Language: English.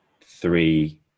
three